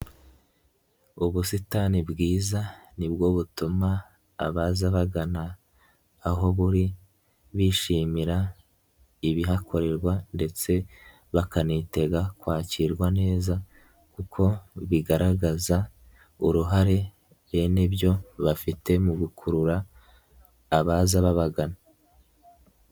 Ubusitani bwiza nibwo butuma abaza bagana aho buri bishimira ibihakorerwa ndetse bakanitega kwakirwa neza kuko bigaragaza uruhare bene byo bafite mu gukurura abaza babagana.